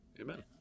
Amen